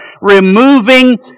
removing